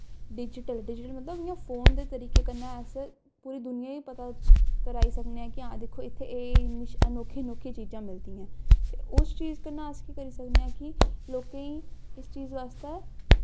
digital digital मतलब इ'यां phone दे तरीके कन्नै अस पूरी दुनियें गी पता कराई सकने आं कि हां दिक्खो इत्थै एह् अनोखी अनोखी चीजां मिलदियां न ते उस चीज कन्नै अस केह् करी सकने आं कि लोकें गी इस चीज आस्तै